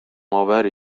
آوری